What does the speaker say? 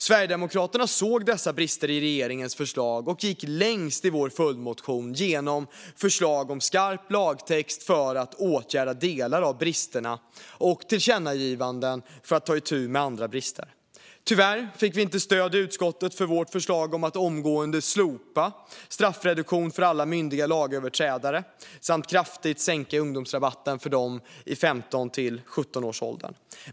Sverigedemokraterna såg dessa brister i regeringens förslag och gick längst i sin följdmotion genom förslag om skarp lagtext för att åtgärda delar av bristerna och tillkännagivanden för att ta itu med andra brister. Tyvärr fick vi inte stöd i utskottet för vårt förslag om att omgående slopa straffreduktion för alla myndiga lagöverträdare samt kraftigt sänka ungdomsrabatten för dem i 15-17-årsåldern.